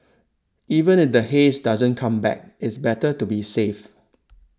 even if the haze doesn't come back it's better to be safe